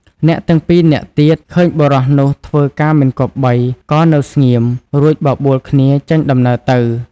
អ្នកពីរនាក់ទៀតឃើញបុរសនោះធ្វើការមិនគប្បី ក៏នៅស្ងៀម រួចបបួលគ្នាចេញដំណើរទៅ។